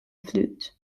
flute